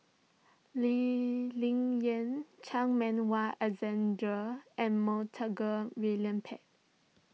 Lee Ling Yen Chan Meng Wah Alexander and Montague William Pett